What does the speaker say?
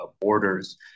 borders